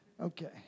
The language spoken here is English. Okay